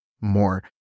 more